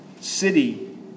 city